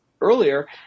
earlier